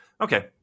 Okay